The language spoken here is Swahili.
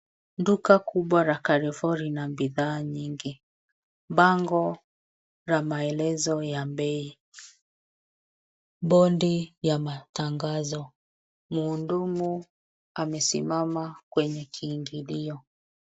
Duka kubwa la carrefour lina bidhaa nyingi, bango la maelezo ya bei, bodi ya matangazo, mhundumu amesimama kwenye kiingilio.